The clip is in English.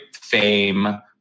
fame